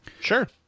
Sure